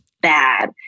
bad